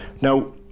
now